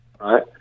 right